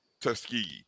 Tuskegee